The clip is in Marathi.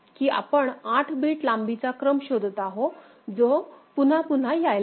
की आपण 8 बिट लांबीचा क्रम शोधत आहोतजो पुन्हा पुन्हा यायला हवा